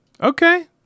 Okay